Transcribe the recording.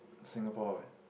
Singapore eh